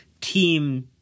team